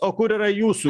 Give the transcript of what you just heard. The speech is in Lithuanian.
o kur yra jūsų